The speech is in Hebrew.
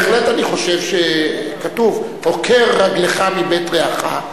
בהחלט אני חושב שכתוב: הוקר רגלך מבית רעך,